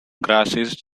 grasses